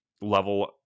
level